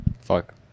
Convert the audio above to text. Fuck